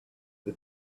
the